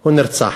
הוא נרצח.